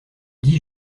dix